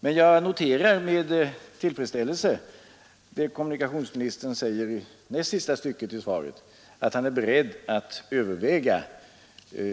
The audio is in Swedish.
Men jag noterar med tillfredsställelse det kommunikationsministern säger alldeles mot slutet av svaret, nämligen att han är beredd att överväga